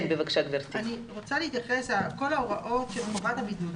אני רוצה להתייחס לכל ההוראות של חובת הבידוד.